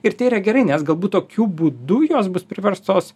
ir tai yra gerai nes galbūt tokiu būdu jos bus priverstos